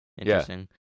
interesting